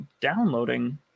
downloading